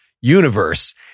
universe